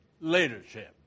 leadership